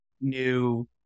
new